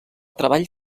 treball